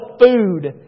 food